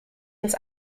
ins